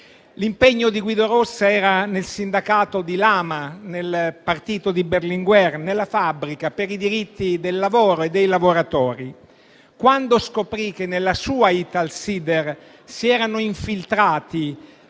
L'impegno di Guido Rossa era nel sindacato di Lama, nel partito di Berlinguer, nella fabbrica per i diritti del lavoro e dei lavoratori. Quando scoprì che nella sua Italsider si erano infiltrati